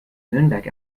nürnberg